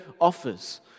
offers